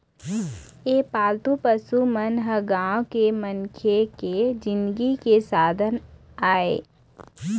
ए पालतू पशु मन ह गाँव के मनखे के जिनगी के साधन आय